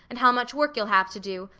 and how much work you'll have to do,